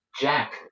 Jack